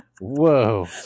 whoa